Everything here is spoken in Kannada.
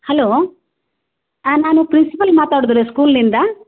ಹಲೋ ನಾನು ಪ್ರಿನ್ಸಿಪಲ್ ಮಾತಾಡುದು ರೀ ಸ್ಕೂಲಿನಿಂದ